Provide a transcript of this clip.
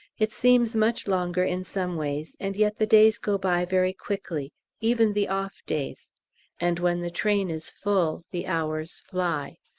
it seems much longer in some ways, and yet the days go by very quickly even the off-days and when the train is full the hours fly.